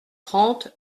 trente